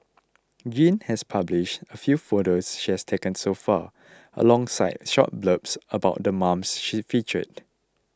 Yin has published a few photos she has taken so far alongside short blurbs about the moms she featured